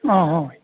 ꯑꯪ ꯍꯣꯏ